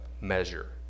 measure